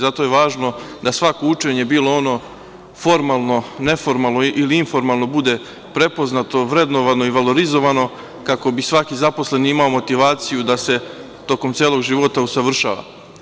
Zato je važno da svako učenje, bilo ono formalno, neformalno ili informalno, bude prepoznato, vrednovano i valorizovano, kako bi svaki zaposleni imao motivaciju da se tokom celog života usavršava.